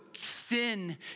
sin